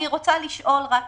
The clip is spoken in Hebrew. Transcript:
אני רוצה לשאול את